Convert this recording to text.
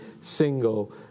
single